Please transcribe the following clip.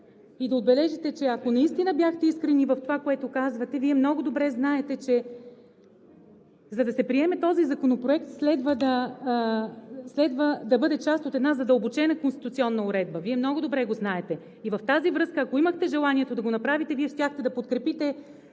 и да отбележите, че ако наистина бяхте искрени в това, което казвате, Вие много добре знаете, че за да се приеме този законопроект следва да бъде част от една задълбочена конституционна уредба. Вие много добре го знаете! В тази връзка, ако имахте желанието да го направите, Вие щяхте да подкрепите